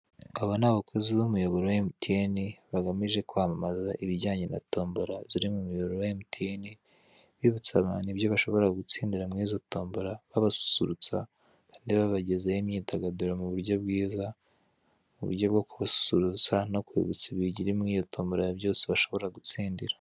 Aba ni abakozi b'umuyoboro wa MTN, bagamije kwamamaza ibijyanye natombora ziri mu muyobora wa MTN, bibutsa abantu ibyo bashobora gutsindira mu izo timbora, babasusurutsa, kandi babagezaho imyidagaduro mu buryo bwiza, mu buryo bwo kubasusurutsa no kubibutsa ibiri mu iyo tombora byose bashobora gutsindira.